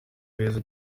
beza